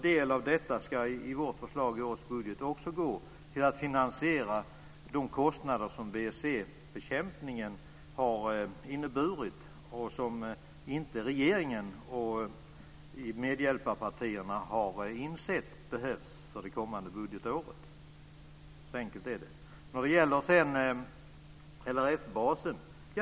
I vårt budgetförslag går en del av detta till att finansiera de kostnader som BSE-bekämpningen har inneburit och som regeringen och medhjälparpartierna inte har insett behövs för det kommande budgetåret. Så enkelt är det. Sedan var det frågan om LRF-basen.